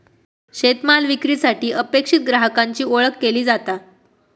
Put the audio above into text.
शेतमाल विक्रीसाठी अपेक्षित ग्राहकाची ओळख केली जाता